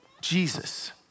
Jesus